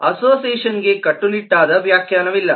ಅಸೋಸಿಯೇಷನ್ಗೆ ಕಟ್ಟುನಿಟ್ಟಾದ ವ್ಯಾಖ್ಯಾನವಿಲ್ಲ